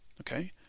okay